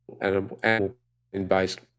animal-based